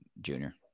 Junior